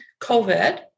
covid